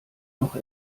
noch